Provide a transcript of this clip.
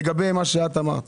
לגבי מה שאמרת